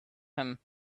him